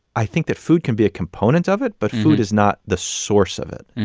i think that food can be a component of it. but food is not the source of it,